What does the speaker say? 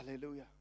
Hallelujah